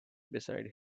beside